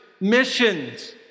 missions